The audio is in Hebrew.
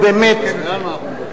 באמת,